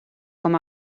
com